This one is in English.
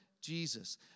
Jesus